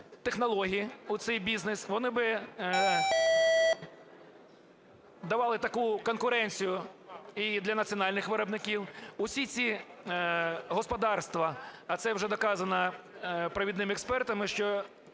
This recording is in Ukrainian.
технологій у цей бізнес, вони би давали таку конкуренцію і для національних виробників. Усі ці господарства, а це вже доказано провідними експертами, що